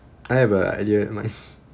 I have uh idea in mind